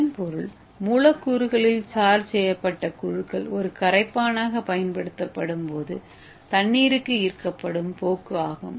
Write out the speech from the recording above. இதன் பொருள் மூலக்கூறுகளில் சார்ஜ் செய்யப்பட்ட குழுக்கள் ஒரு கரைப்பானாகப் பயன்படுத்தப்படும்போது தண்ணீருக்கு ஈர்க்கப்படும் போக்கு ஆகும்